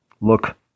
look